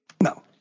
No